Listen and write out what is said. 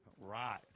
Right